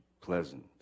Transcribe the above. pleasant